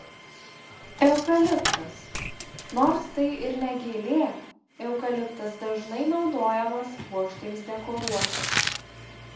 eukaliptas nors tai ir ne gėlė eukaliptas dažnai naudojamas puokštėms dekoruoti